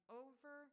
over